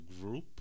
group